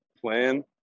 plan